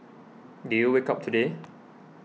did you wake up today